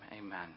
Amen